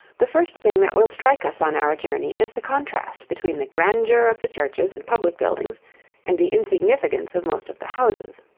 the first thing that will strike us on our journey is the contrast between the grandeur of the churches and public buildings and the insignificance of most of the houses.